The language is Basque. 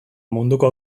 munduko